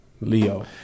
Leo